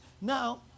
Now